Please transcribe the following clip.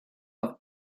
for